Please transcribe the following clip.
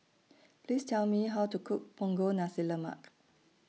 Please Tell Me How to Cook Punggol Nasi Lemak